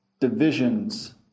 Divisions